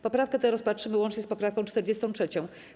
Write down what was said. Poprawkę tę rozpatrzymy łącznie z poprawką 43.